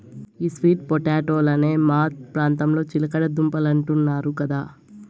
ఈ స్వీట్ పొటాటోలనే మా ప్రాంతంలో చిలకడ దుంపలంటున్నారు కదా